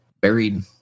buried